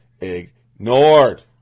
ignored